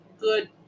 good